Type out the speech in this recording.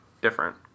different